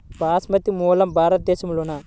బాస్మతి మూలం భారతదేశంలోనా?